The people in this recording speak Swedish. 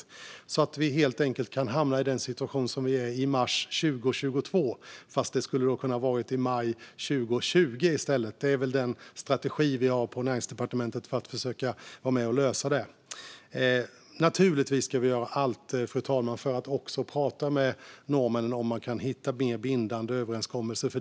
På så sätt kan vi helt enkelt hamna i den situation som vi är i nu, i mars 2022, fast det kunde ha varit i maj 2020 i stället. Det är den strategi vi har på Näringsdepartementet för att försöka vara med och lösa det här. Naturligtvis ska vi göra allt, fru talman, för att också prata med norrmännen för att se om man kan hitta en mer bindande överenskommelse.